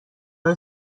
های